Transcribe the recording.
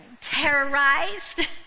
terrorized